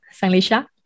Sanglisha